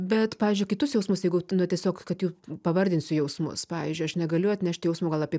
bet pavyzdžiui kitus jausmus jeigu tu nu tiesiog kad jų pavardinsiu jausmus pavyzdžiui aš negaliu atnešt jausmo gal apie